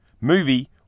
movie